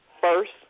first